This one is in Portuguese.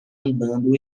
andando